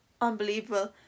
unbelievable